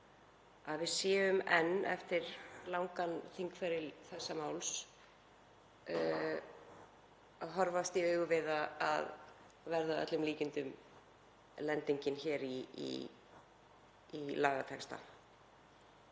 að við séum enn eftir langan þingferil þessa máls að horfast í augu við að verði að öllum líkindum lendingin hér í lagatexta.